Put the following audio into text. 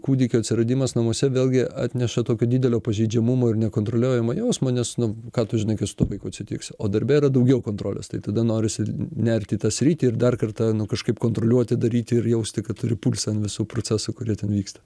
kūdikio atsiradimas namuose vėlgi atneša tokio didelio pažeidžiamumo ir nekontroliuojamo jausmo nes nu ką tu žinai kas su tuo vaiku atsitiks o darbe yra daugiau kontrolės tai tada norisi nert į tą sritį ir dar kartą nu kažkaip kontroliuoti daryti ir jausti kad turi pulsą ant visų procesų kurie ten vyksta